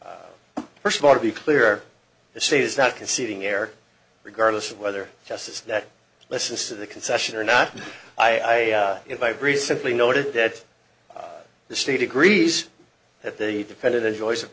first first of all to be clear the state is not conceding error regardless of whether justice that listens to the concession or not i if i agree simply noted that the state agrees that the defendant enjoys